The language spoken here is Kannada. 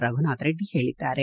ರಘುನಾಥ್ ರೆಡ್ಡಿ ಹೇಳಿದ್ದಾರೆ